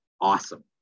awesome